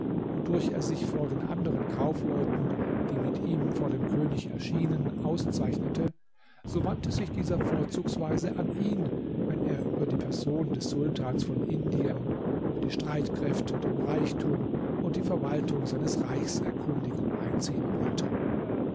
wodurch er sich vor den anderen kaufleuten die mit ihm vor dem könig erschienen auszeichnete so wandte sich dieser vorzugsweise an ihn wenn er über die person des sultans von indien über die streitkräfte den reichtum und die verwaltung seines reichs erkundigung einziehen wollte